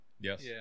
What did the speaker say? Yes